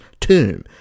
tomb